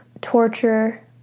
torture